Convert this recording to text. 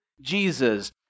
Jesus